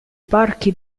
parchi